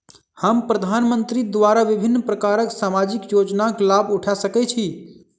हम प्रधानमंत्री द्वारा विभिन्न प्रकारक सामाजिक योजनाक लाभ उठा सकै छी?